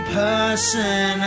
person